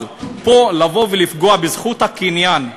אבל פה, לבוא ולפגוע בזכות הקניין,